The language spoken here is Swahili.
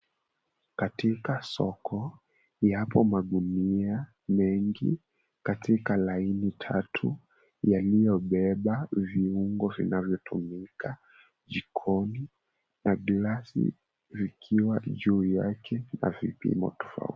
Katika soko yapo magunia mengi katika laini tatu, yaliyobeba viungo vinavyotumika jikoni, na glasi ikiwa juu yake na vipimo tofauti.